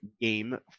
game